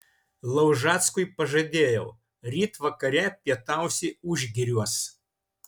laužackui pažadėjau ryt vakare pietausi užgiriuos